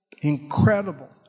incredible